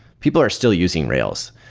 people are still using rails.